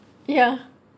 ya